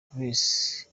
grace